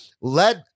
let